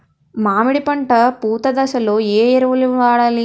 మామిడి పంట పూత దశలో ఏ ఎరువులను వాడాలి?